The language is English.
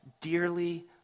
dearly